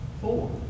Four